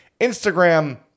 Instagram